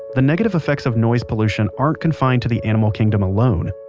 the negative effects of noise pollution aren't confined to the animal kingdom alone.